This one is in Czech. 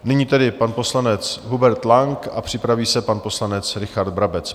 Nyní tedy pan poslanec Hubert Lang a připraví se pan poslanec Richard Brabec.